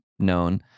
known